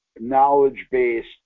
knowledge-based